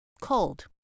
cold